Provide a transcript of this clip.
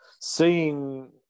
Seeing